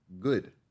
good